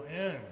end